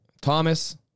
Thomas